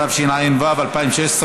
התשע"ו 2016,